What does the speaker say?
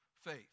faith